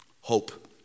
Hope